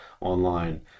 online